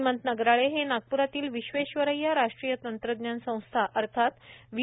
हेमंत नगराळे हे नागप्रातील विश्वेश्वरईय्या राष्ट्रीय तंत्रज्ञान संस्था अर्थात व्ही